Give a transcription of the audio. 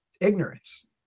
ignorance